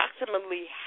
approximately